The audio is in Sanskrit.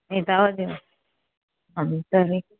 एतावदेव आं तर्हि